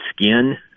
skin